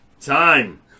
Time